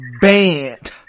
banned